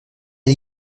les